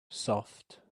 soft